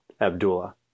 Abdullah